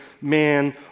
man